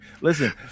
Listen